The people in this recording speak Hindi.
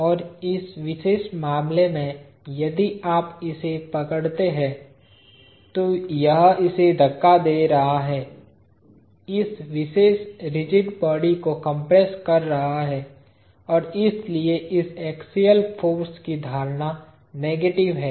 और इस विशेष मामले में यदि आप इसे पकड़ते हैं तो यह इसे धक्का दे रहा है इस विशेष रिजिड बॉडी को कंप्रेस कर रहा है और इसलिए इस एक्सियल फाॅर्स की धारणा नेगेटिव है